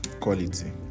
quality